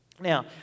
Now